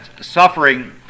suffering